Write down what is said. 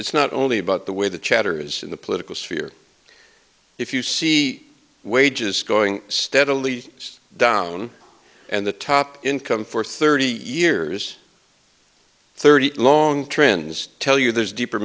it's not only about the way the chatter is in the political sphere if you see wages going steadily down and the top income for thirty years thirty eight long trends tell you there's deeper